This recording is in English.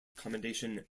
commendation